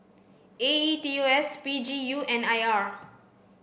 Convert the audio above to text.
A E T O S P G U and R